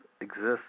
exists